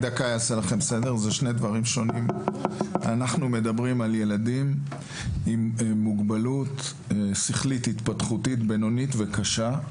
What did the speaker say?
אנחנו מדברים על ילדים עם מוגבלות שכלית התפתחותית בינונית וקשה.